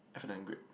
F and N grape